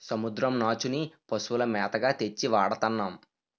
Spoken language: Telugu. సముద్రం నాచుని పశువుల మేతగా తెచ్చి వాడతన్నాము